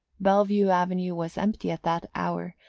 bellevue avenue was empty at that hour,